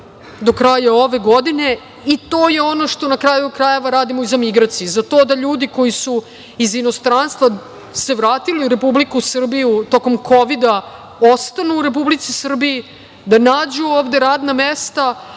do kraja ove godine i to je ono što na kraju krajeva radimo i za migracije. Za to da ljudi koji su se iz inostranstva vratili u Republiku Srbiju tokom Kovida, ostanu u Republici Srbiji, da nađu ovde radna mesta,